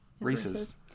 Reese's